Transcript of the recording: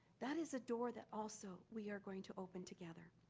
that is a door that also we are going to open together.